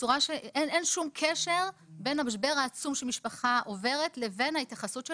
אין שום קשר בין המשבר העצום שמשפחה עוברת לבין ההתייחסות של